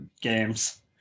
games